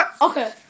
Okay